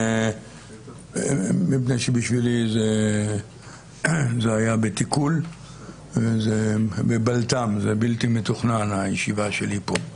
מפני שבשבילי שהישיבה שלי פה היתה בבלתי מתוכנן,